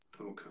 Okay